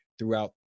throughout